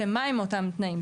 ומהם אותם תנאים.